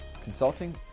consulting